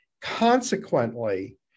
consequently